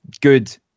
good